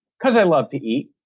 because i love to eat.